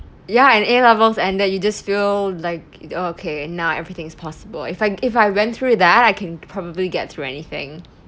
ya and A levels and that you just feel like okay now everything is possible if I if I went through that I can probably get through anything